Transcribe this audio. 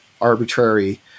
arbitrary